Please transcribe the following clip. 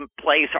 place